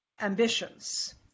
ambitions